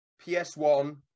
PS1